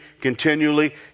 continually